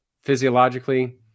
physiologically